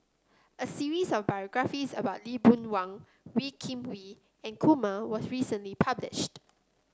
a series of biographies about Lee Boon Wang Wee Kim Wee and Kumar was recently published